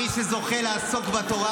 מי שזוכה לעסוק בתורה,